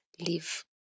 live